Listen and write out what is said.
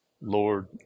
Lord